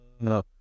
no